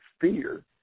fear